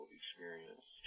experience